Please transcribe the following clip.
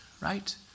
Right